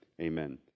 Amen